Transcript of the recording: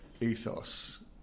ethos